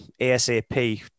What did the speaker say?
ASAP